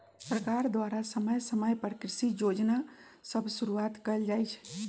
सरकार द्वारा समय समय पर कृषि जोजना सभ शुरुआत कएल जाइ छइ